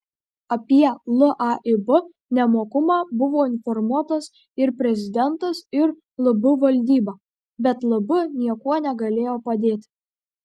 apie laib nemokumą buvo informuotas ir prezidentas ir lb valdyba bet lb niekuo negalėjo padėti